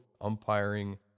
umpiring